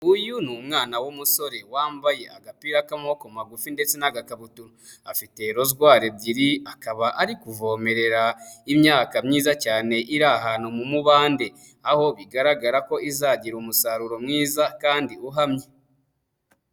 Uyu ni umwana w'umusore wambaye agapira k'amaboko magufi ndetse n'agakabuturu, afite rozwari ebyiri akaba ari kuvomerera imyaka myiza cyane iri ahantu mu mubande, aho bigaragara ko izagira umusaruro mwiza kandi uhamye.